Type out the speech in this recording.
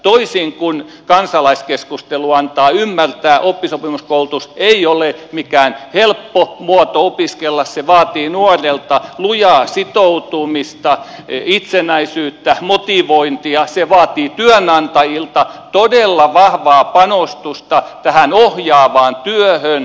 toisin kuin kansalaiskeskustelu antaa ymmärtää oppisopimuskoulutus ei ole mikään helppo muoto opiskella se vaatii nuorelta lujaa sitoutumista itsenäisyyttä motivointia se vaatii työnantajilta todella vahvaa panostusta tähän ohjaavaan työhön